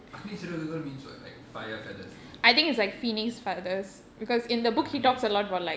Agnichiragugal means what like fire feathers is it அக்னி:agni